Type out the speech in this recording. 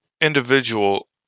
individual